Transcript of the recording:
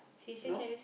no